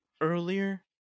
earlier